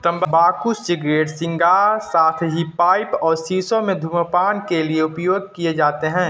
तंबाकू cigarette, cigar, साथ ही पाइप और शीशों में धूम्रपान के लिए उपयोग किए जाते हैं